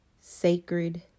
sacred